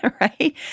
right